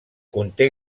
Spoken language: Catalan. conté